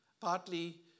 Partly